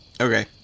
Okay